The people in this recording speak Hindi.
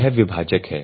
यह विभाजक है